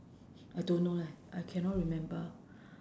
I don't know leh I cannot remember